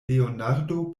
leonardo